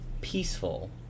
peaceful